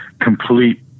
complete